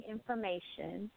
Information